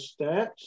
stats